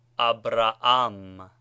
Abraham